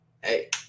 Hey